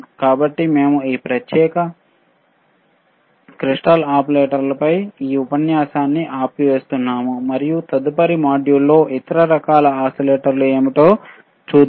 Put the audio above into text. కాబట్టి మేము ఈ ప్రత్యేకమైన క్రిస్టల్ ఓసిలేటర్లపై ఈ ఉపన్యాసాన్ని ఆపివేస్తాము మరియు తదుపరి మాడ్యూల్ల్లో ఇతర రకాల ఓసిలేటర్లు ఏమిటో చూద్దాం